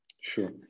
Sure